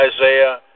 Isaiah